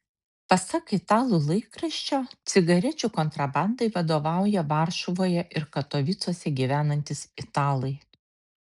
pasak italų laikraščio cigarečių kontrabandai vadovauja varšuvoje ir katovicuose gyvenantys italai